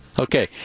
Okay